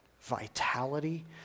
vitality